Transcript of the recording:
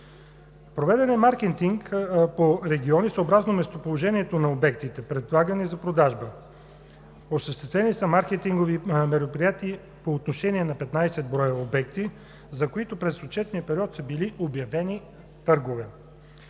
Проведен е маркетинг по региони съобразно местоположението на обектите, предлагани за продажба. Осъществени са маркетингови мероприятия по отношение на 15 броя обекти, за които през отчетния период са били обявени търгове.